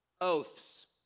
oaths